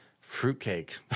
fruitcake